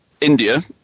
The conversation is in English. India